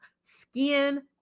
skin